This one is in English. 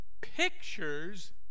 pictures